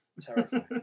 Terrifying